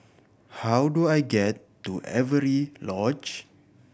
how do I get to Avery Lodge